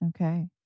Okay